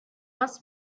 must